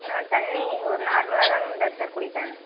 நான் தண்ணி ஒரு நார்மலாதாங்க டாக்டர் குடிப்பேன்